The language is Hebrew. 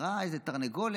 ראה איזה תרנגולת